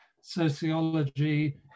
sociology